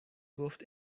گفت